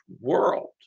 world